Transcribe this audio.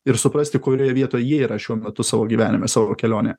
ir suprasti kurioj vietoj jie yra šiuo metu savo gyvenime savo kelionė